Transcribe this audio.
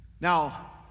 Now